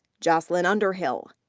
joslyn underhill.